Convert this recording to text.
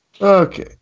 Okay